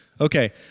Okay